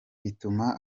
bituma